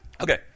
Okay